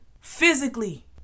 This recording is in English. physically